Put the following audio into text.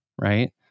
right